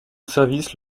service